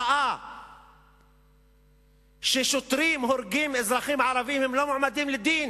ראה ששוטרים הורגים אזרחים ערבים והם לא עומדים לדין.